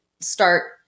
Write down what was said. start